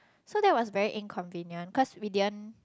so that was very inconvenient cause we didn't